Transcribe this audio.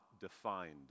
defined